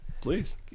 Please